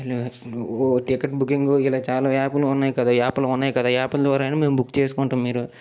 ticket booking ఇలా చాలా యాపులు ఉన్నాయి కదా యాపులు ఉన్నాయి యాపులు ద్వారైన మేము బుక్ చేసుకుంటాం మీరు